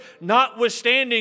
notwithstanding